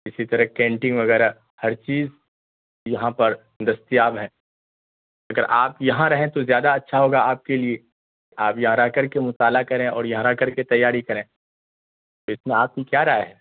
اسی طرح کینٹین وغیرہ ہر چیز یہاں پر دستیاب ہے اگر آپ یہاں رہیں تو زیادہ اچھا ہوگا آپ کے لیے آپ یہاں رہ کرکے مطالعہ کریں اور یہاں رہ کرکے تیاری کریں اس میں آپ کی کیا رائے ہے